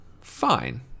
fine